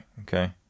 okay